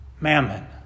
mammon